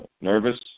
nervous